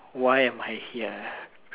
why am I here